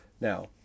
Now